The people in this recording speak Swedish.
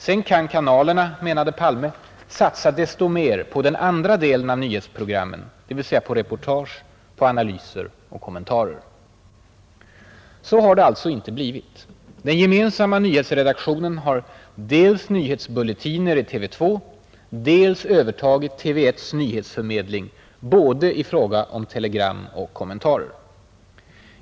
Sedan kan kanalerna, menade Palme, satsa desto mer ”på den andra delen av nyhetsprogrammen, dvs. på reportage, på analyser och Så har det alltså inte blivit. Den gemensamma nyhetsredaktionen har dels nyhetsbulletiner i TV 2, dels har den övertagit TV 1:s nyhetsförmedling i fråga om både telegram och kommentarer.